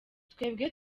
twebwe